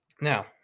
Now